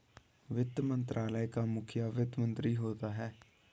वित्त मंत्रालय का मुखिया वित्त मंत्री होता है